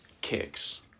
Kicks